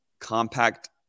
compact